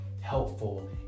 helpful